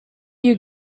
you